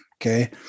Okay